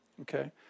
Okay